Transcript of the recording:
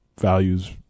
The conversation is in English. values